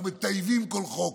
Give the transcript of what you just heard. אנחנו מטייבים כל חוק,